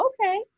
Okay